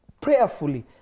prayerfully